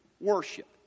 worship